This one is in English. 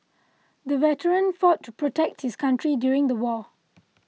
the veteran fought to protect his country during the war